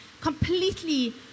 completely